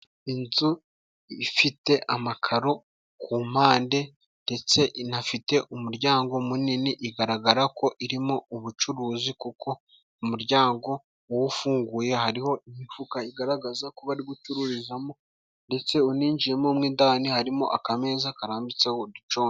Inzu ifite amakaro ku mpande， ndetse inafite umuryango munini，igaragara ko irimo ubucuruzi， kuko umuryango uwufunguye，hariho imifuka igaragaza ko bari gucururizamo， ndetse uninjiyemo mwindani， harimo akameza， karambitseho uducunga.